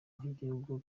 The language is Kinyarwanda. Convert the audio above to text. nk’igihugu